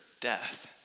death